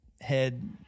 head